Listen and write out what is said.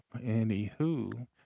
anywho